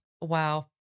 Wow